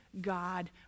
God